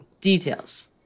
Details